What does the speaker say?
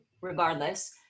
regardless